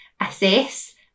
assess